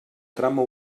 trama